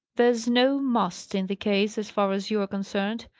there's no must in the case, as far as you are concerned.